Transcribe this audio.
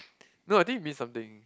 no I think it mean something